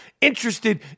interested